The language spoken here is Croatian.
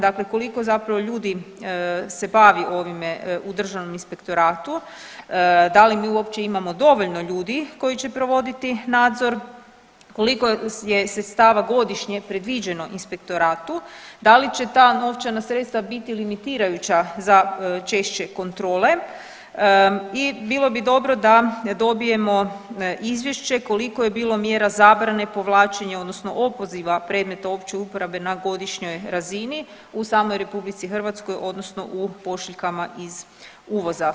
Dakle, koliko zapravo ljudi se bavi ovim u Državnom inspektoratu, da li mi uopće imamo dovoljno ljudi koji će provoditi nadzor, koliko je sredstava godišnje predviđeno inspektoratu, da li će ta novčana sredstva biti limitirajuća za češće kontrole i bilo bi dobro da dobijemo izvješće koliko je bilo mjera zabrane povlačenja odnosno opoziva predmeta opće uporabe na godišnjoj razini u samoj RH odnosno u pošiljkama iz uvoza.